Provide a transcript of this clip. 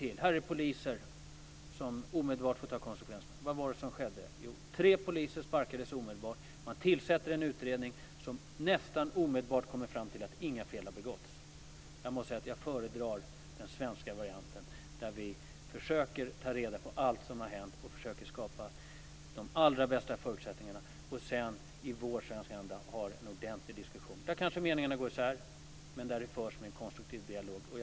Där fanns det poliser som omedelbart fick ta konsekvenserna. Vad var det som skedde? Jo, tre poliser sparkades omedelbart. Man tillsatte en utredning som nästan omedelbart kom fram till att inga fel hade begåtts. Jag måste säga att jag föredrar den svenska varianten där vi försöker att ta reda på allt som har hänt och försöker skapa de allra bästa förutsättningarna för att sedan ha en ordentlig diskussion i vår. Meningarna kommer kanske att gå isär där, men det kommer att föras en konstruktiv dialog.